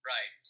Right